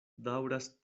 daŭras